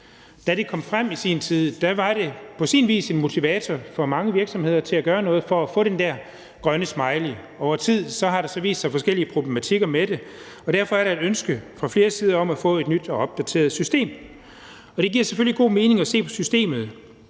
20 år på bagen. I sin tid var den på sin vis en motivation for mange virksomheder til at gøre noget for at få den der grønne smiley. Over tid har der så vist sig at være forskellige problematikker, og derfor er der fra flere sider et ønske om at få et nyt og opdateret system. Det giver selvfølgelig god mening at se på systemet.